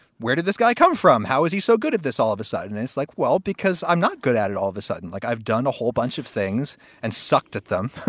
where did this guy come from? how is he so good at this all of a sudden? it's like, well, because i'm not good at it all of a sudden, like, i've done a whole bunch of things and sucked at them.